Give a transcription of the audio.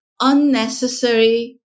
unnecessary